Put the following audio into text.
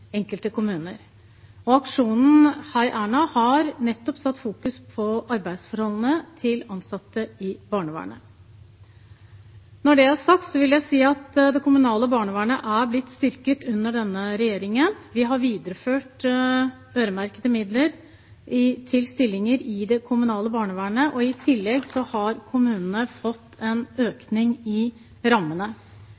enkelte kommuner opplever store kapasitetsutfordringer. Aksjonen #heierna har nettopp satt arbeidsforholdene til ansatte i barnevernet i fokus. Når det er sagt, vil jeg si at det kommunale barnevernet er blitt styrket under denne regjeringen. Vi har videreført øremerkede midler til stillinger i det kommunale barnevernet, og i tillegg har kommunene fått en